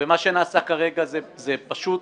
ומה שנעשה כרגע, זה פשוט